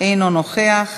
אינו נוכח,